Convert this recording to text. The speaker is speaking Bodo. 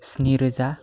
स्निरोजा